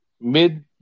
mid